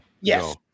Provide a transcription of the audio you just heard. Yes